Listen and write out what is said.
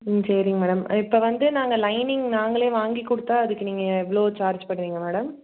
ம் சரிங்க மேடம் இப்போ வந்து நாங்கள் லைனிங் நாங்களே வாங்கிக் கொடுத்தா அதுக்கு நீங்கள் எவ்வளோ சார்ஜ் பண்ணுவீங்க மேடம்